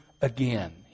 again